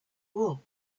wool